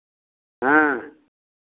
हाँ